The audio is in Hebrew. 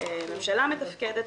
אין ממשלה מתפקדת.